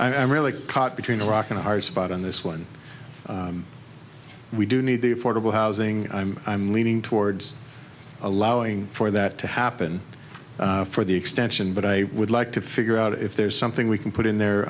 am really caught between a rock and a hard spot on this one we do need the affordable housing i'm i'm leaning towards allowing for that to happen for the extension but i would like to figure out if there's something we can put in there